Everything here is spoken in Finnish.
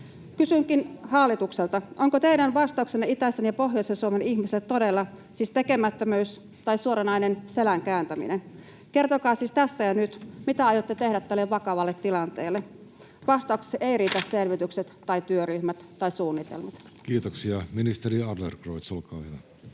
Kysynkin hallitukselta: onko teidän vastauksenne itäisen ja pohjoisen Suomen ihmisille todella siis tekemättömyys tai suoranainen selän kääntäminen? Kertokaa siis tässä ja nyt, mitä aiotte tehdä tälle vakavalle tilanteelle. Vastaukseksi eivät riitä selvitykset tai työryhmät tai suunnitelmat. [Speech 70] Speaker: Jussi Halla-aho